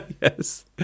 Yes